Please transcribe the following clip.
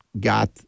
got